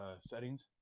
settings